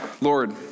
Lord